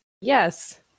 Yes